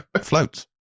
floats